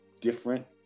different